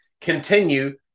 continue